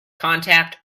contact